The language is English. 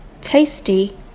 tasty